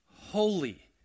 Holy